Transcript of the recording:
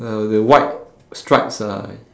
uh the white stripes are like